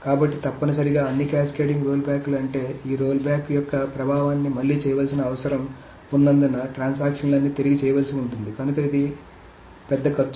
కాబట్టి తప్పనిసరిగా అన్ని క్యాస్కేడింగ్ రోల్బ్యాక్లు అంటే ఈ రోల్ బ్యాక్ యొక్క ప్రభావాన్ని మళ్లీ చేయాల్సిన అవసరం ఉన్నందున ట్రాన్సాక్షన్ లన్నీ తిరిగి చేయవలసి ఉంటుంది కనుక ఇది పెద్ద ఖర్చు